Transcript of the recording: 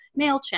MailChimp